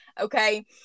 Okay